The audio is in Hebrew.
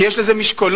כי יש לזה משקולות,